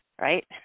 right